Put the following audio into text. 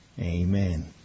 Amen